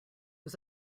was